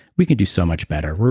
we could do so much better.